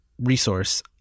resource